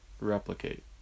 replicate